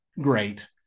great